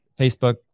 Facebook